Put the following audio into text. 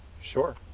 Sure